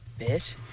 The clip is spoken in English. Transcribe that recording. Bitch